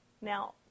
Now